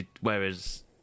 whereas